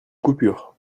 coupure